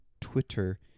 Twitter